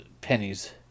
pennies